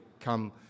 come